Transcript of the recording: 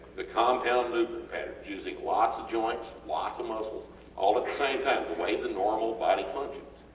the compound movement patterns using lots of joints, lots of muscles all at the same time the way the normal body functions.